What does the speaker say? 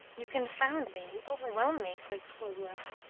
you confound me, you overwhelm me! said khlobuev,